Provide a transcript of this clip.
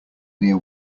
near